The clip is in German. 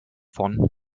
von